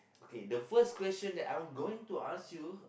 okay the first question that I'm going to ask